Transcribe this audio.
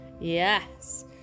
Yes